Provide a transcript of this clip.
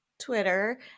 Twitter